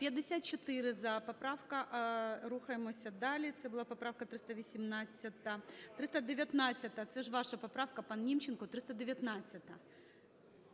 За-54 Поправка… Рухаємося далі. Це була поправка 318-а. 319-а. Це ж ваша поправка, пан Німченко? 319-а.